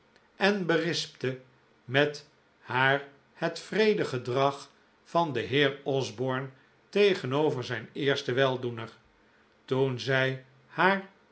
en berispte met haar het wreede gedrag van den heer osborne tegenover zijn eersten weldoener toen zij haar